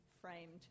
framed